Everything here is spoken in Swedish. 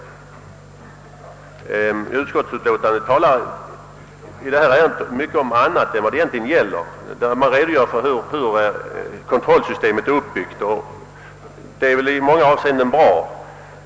I utskottets utlåtande talar man i detta ärende om mycket annat än vad frågan egentligen gäller. Utskottet redovisar bl.a. hur kontrollsystemet är uppbyggt, och det är väl i många avseenden bra.